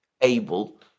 able